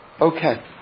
Okay